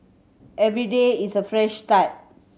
every day is a fresh start